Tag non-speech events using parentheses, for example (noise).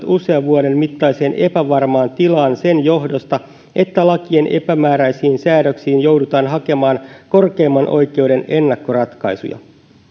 (unintelligible) usean vuoden mittaiseen epävarmaan tilaan sen johdosta että lakien epämääräisiin säädöksiin joudutaan hakemaan korkeimman oikeuden ennakkoratkaisuja